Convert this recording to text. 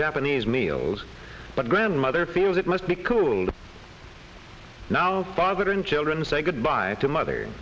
japanese meals but grandmother feels it must be cooled now fathering children say goodbye to mother